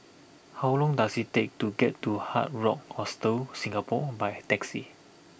how long does it take to get to Hard Rock Hostel Singapore by taxi